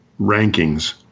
rankings